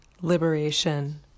liberation